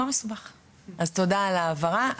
אז תודה על ההבהרה.